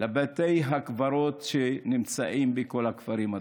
לבתי הקברות שנמצאים בכל הכפרים הדרוזיים.